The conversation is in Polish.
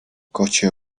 kocie